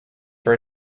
for